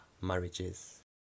marriages